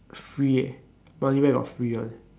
free eh money where got free one